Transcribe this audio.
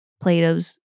Plato's